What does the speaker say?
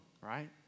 right